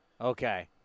Okay